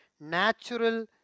natural